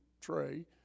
tray